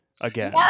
again